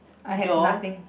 I have nothing